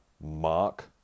mark